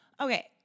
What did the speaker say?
Okay